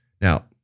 Now